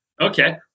Okay